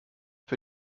für